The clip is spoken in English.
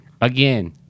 Again